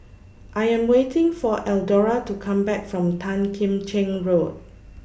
I Am waiting For Eldora to Come Back from Tan Kim Cheng Road